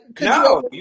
no